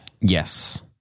Yes